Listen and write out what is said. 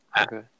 Okay